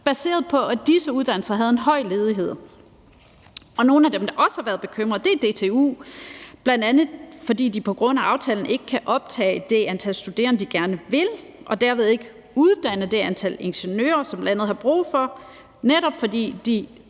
baseret på at disse uddannelser havde en høj ledighed. Nogle af dem, der også har været bekymrede, er DTU, bl.a. fordi de på grund af aftalen ikke kan optage det antal studerende, de gerne vil, og derved ikke uddanne det antal ingeniører, som landet har brug for, netop fordi de